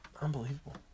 Unbelievable